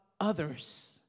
Others